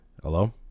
Hello